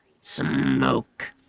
smoke